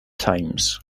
times